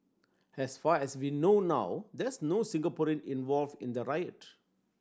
as far as we know now there's no Singaporean involved in the riot